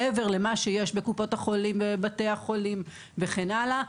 מעבר למה שיש בקופות החולים ובבתי החולים וכן הלאה,